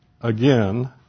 again